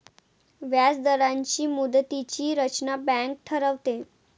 व्याजदरांची मुदतीची रचना बँक ठरवते